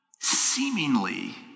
seemingly